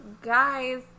guys